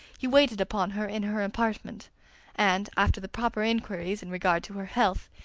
he waited upon her in her apartment and, after the proper inquiries in regard to her health,